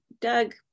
Doug